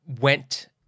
went